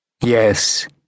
Yes